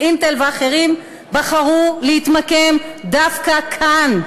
"אינטל" ואחרים בחרו להתמקם דווקא כאן,